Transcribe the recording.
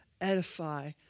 edify